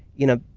you know,